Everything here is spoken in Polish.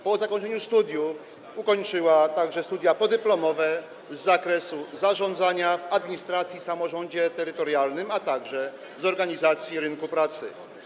Po zakończeniu studiów ukończyła także studia podyplomowe z zakresu zarządzania w administracji i samorządzie terytorialnym, a także z organizacji rynku pracy.